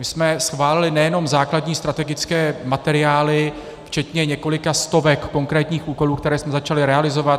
My jsme schválili nejenom základní strategické materiály včetně několika stovek konkrétních úkolů, které jsme začali realizovat.